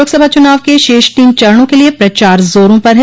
लोकसभा चुनाव के शेष तीन चरणों के लिये प्रचार जोरों पर है